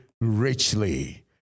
richly